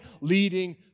leading